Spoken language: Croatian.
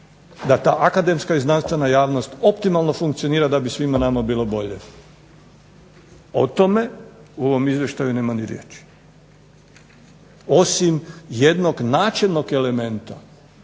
da ta akademska i znanstvena javnost optimalno funkcionira da bi svima nama bilo bolje. O tome u ovom izvještaju nema ni riječi, osim jednog načelnog elementa